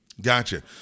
Gotcha